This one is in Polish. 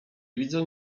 widzę